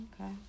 Okay